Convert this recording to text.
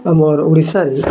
ଆମର୍ ଓଡ଼ିଶାରେ